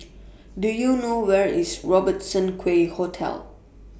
Do YOU know Where IS Robertson Quay Hotel